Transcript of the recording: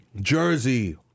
Jersey